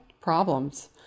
problems